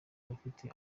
bafite